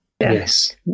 Yes